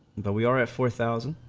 the we are ah four thousand